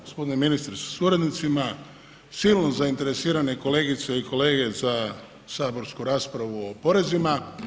G. ministre sa suradnicima, silno zainteresirane kolegice i kolege za saborsku raspravu o porezima.